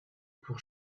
pour